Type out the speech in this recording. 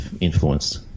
influenced